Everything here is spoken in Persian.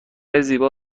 زیبا